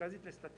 שאי